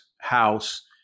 house